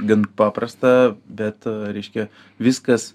gan paprasta bet reiškia viskas